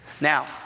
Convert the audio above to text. Now